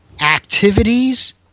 activities